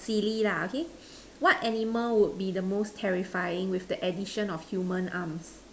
silly lah okay what animal would be the most terrifying with the addition of human arms